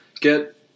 get